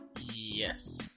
Yes